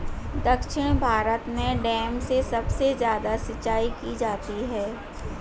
दक्षिण भारत में डैम से सबसे ज्यादा सिंचाई की जाती है